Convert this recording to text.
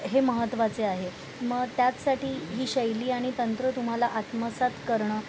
हे महत्त्वाचे आहे मग त्याचसाठी ही शैली आणि तंत्र तुम्हाला आत्मसात करणं